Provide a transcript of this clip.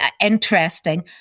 interesting